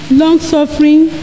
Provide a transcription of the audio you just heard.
long-suffering